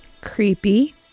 Creepy